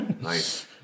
Nice